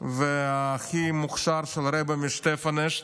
והכי מוכשר של הרבי משטפנשט.